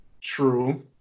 True